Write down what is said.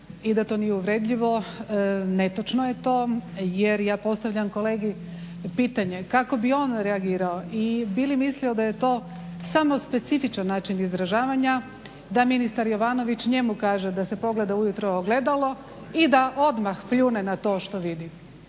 i da to nije uvredljivo. Netočno je to jer ja postavljam kolegi pitanje kako bi on reagirao i bi li mislio da je to samo specifičan način izražavanja da ministar Jovanović njemu kaže da se pogleda ujutro u ogledalo i da odmah pljune na to što vidi.